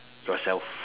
yourself